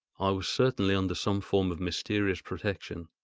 i was certainly under some form of mysterious protection.